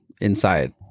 inside